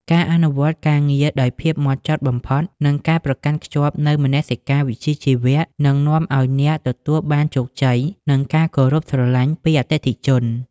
ការអនុវត្តការងារដោយភាពហ្មត់ចត់បំផុត និងការប្រកាន់ខ្ជាប់នូវមនសិការវិជ្ជាជីវៈ នឹងនាំឱ្យអ្នកទទួលបានជោគជ័យ និងការគោរពស្រឡាញ់ពីអតិថិជន។